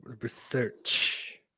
research